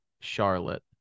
Charlotte